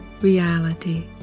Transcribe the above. reality